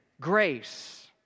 Grace